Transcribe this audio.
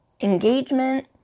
engagement